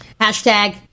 Hashtag